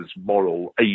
moral